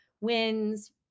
wins